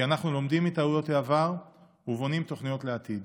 כי אנחנו לומדים מטעויות העבר ובונים תוכניות לעתיד.